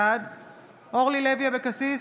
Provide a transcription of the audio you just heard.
בעד אורלי לוי אבקסיס,